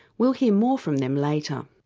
we'll hear more from them later.